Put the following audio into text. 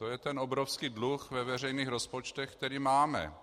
To je ten obrovský dluh ve veřejných rozpočtech, který máme.